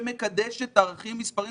שמקדשת ערכים מספריים